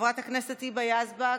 חברת הכנסת היבה יזבק,